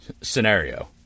scenario